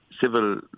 Civil